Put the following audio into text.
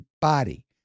body